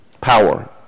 power